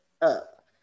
up